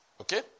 Okay